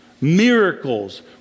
Miracles